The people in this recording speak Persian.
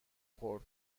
خورد